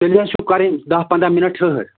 تیٚلہِ حظ چھُو کرٕنۍ دَہ پَنٛداہ مِنَٹ ٹھٕۂر